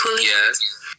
Yes